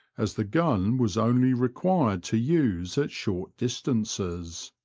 as the gun was only required to use at short distances.